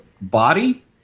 body